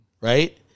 Right